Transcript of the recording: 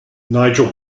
nigel